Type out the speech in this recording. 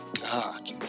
God